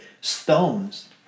stones